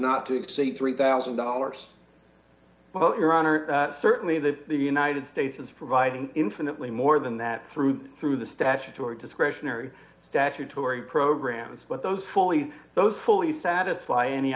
not to exceed three thousand dollars well your honor certainly that the united states is providing infinitely more than that through through the statutory discretionary statutory programs what those fully those fully satisfy any